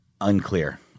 Unclear